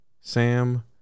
Sam